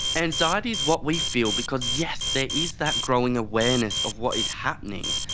anxiety is what we feel because, yes, there is that growing awareness of what is happening,